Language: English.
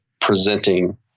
presenting